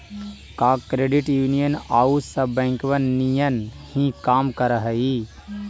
का credit union आउ सब बैंकबन नियन ही काम कर हई?